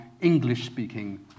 English-speaking